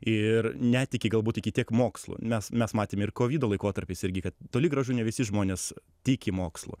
ir netiki galbūt iki tiek mokslu nes mes matėm ir kovido laikotarpis irgi kad toli gražu ne visi žmonės tiki mokslu